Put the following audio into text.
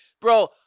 Bro